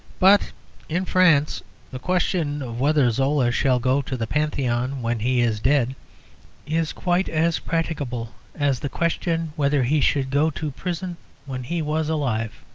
but in france the question of whether zola shall go to the pantheon when he is dead is quite as practicable as the question whether he should go to prison when he was alive.